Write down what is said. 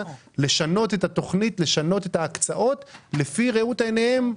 לשנות את התוכנית ואת ההקצאות לפי ראות עיניהם,